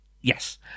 yes